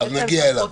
אז נגיע אליו.